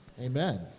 Amen